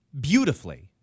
beautifully